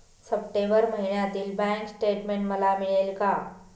September महिन्यातील bank statement मला मिळेल का?